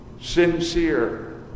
sincere